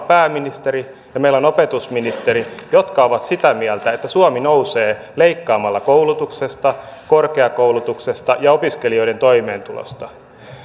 pääministeri ja opetusministeri jotka ovat sitä mieltä että suomi nousee leikkaamalla koulutuksesta korkeakoulutuksesta ja opiskelijoiden toimeentulosta